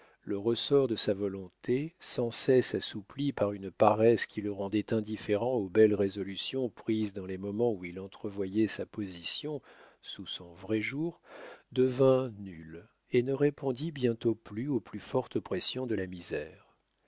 le ressort de sa volonté sans cesse assoupli par une paresse qui le rendait indifférent aux belles résolutions prises dans les moments où il entrevoyait sa position sous son vrai jour devint nul et ne répondit bientôt plus aux plus fortes pressions de la misère